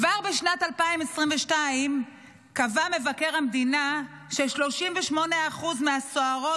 כבר בשנת 2022 קבע מבקר המדינה ש-38% מהסוהרות